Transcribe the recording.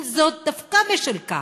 עם זאת, דווקא בשל כך,